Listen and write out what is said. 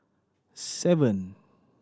seven